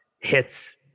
hits